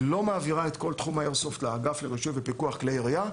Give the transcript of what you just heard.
לא מעבירה את כל תחום האיירסופט לאגף לרישוי ופיקוח כלי ירייה,